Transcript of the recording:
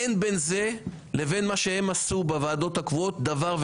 אין בין זה לבין מה שהם עשו בוועדות הקבועות דבר.